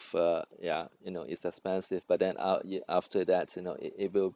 of ya you know it's expensive but then a~ after that you know it it will